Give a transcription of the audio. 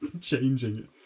changing